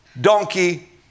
donkey